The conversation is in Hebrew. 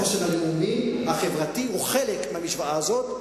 החוסן הלאומי-החברתי הוא חלק מהמשוואה הזאת.